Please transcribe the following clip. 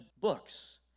books